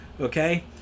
Okay